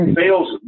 Sales